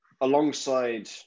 alongside